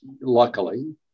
luckily